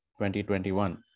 2021